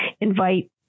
invite